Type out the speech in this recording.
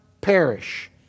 perish